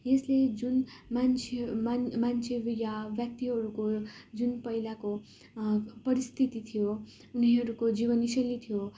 यसले जुन मान्छे मान्छेहरू या व्यक्तिहरूको जुन पहिलाको परिस्थिति थियो उनीहरूको जीवनीशैली थियो